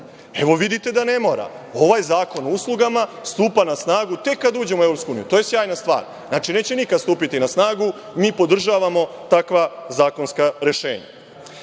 Vidite da ne mora. Ovaj zakon o uslugama stupa na snagu tek kada uđemo u EU. To je sjajna stvar. Znači neće nikada stupiti na snagu, mi podržavamo takva zakonska rešenja. Dužan